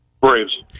Braves